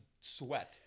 sweat